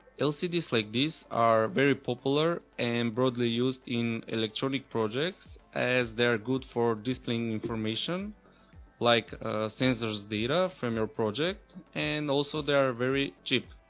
lcd like these are very popular and broadly used in electronic projects as they're good for displaying information like a sensors data from your project and also there are very cheap.